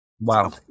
Wow